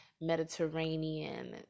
Mediterranean